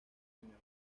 áfrica